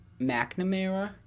McNamara